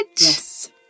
Yes